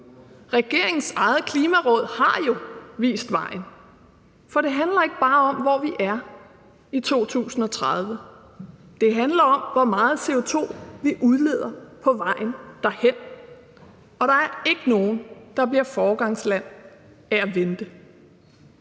Regeringens eget Klimaråd har jo vist vejen. For det handler ikke bare om, hvor vi er i 2030; det handler om, hvor meget CO2 vi udleder på vejen derhen – og der er ikke nogen, der bliver foregangsland af at vente.